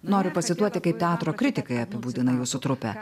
noriu pacituoti kaip teatro kritikai apibūdina jūsų trupę